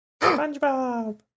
SpongeBob